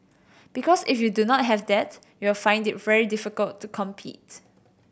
because if you do not have that you'll find it very difficult to compete